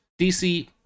DC